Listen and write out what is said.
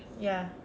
ya